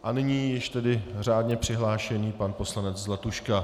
A nyní již tedy řádně přihlášený pan poslanec Zlatuška.